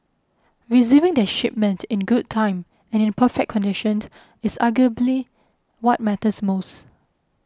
receiving their shipment in good time and in perfect condition is arguably what matters most